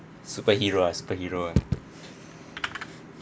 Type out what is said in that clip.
superhero ah superhero ah